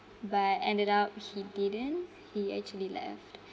but ended up he didn't he actually left